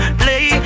play